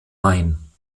main